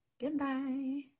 goodbye